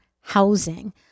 housing